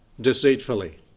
deceitfully